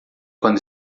quando